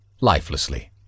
lifelessly